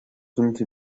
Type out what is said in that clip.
twenty